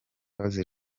bazize